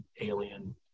alien